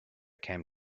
came